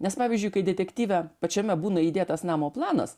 nes pavyzdžiui kai detektyve pačiame būna įdėtas namo planas